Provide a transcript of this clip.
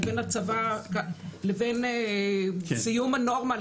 לבין סיום הנורמה,